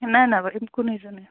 نہَ نہَ بہٕ یمہٕ کُنُے زوٚنُے